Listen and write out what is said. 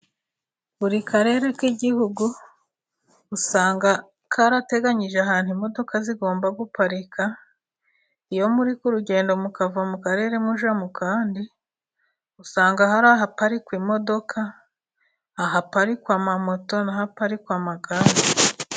Buri karere k'igihugu usanga karateganyije ahantu imodoka zigomba guparika, iyo muri ku rugendo mukava mu karere mujya mu kandi, usanga hari ahaparikwa imodoka, ahaparikwa amamoto n'ahaparikwa amagare.